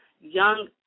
young